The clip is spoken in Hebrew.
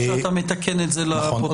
טוב שאתה מתקן את זה לפרוטוקול.